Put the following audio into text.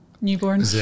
Newborn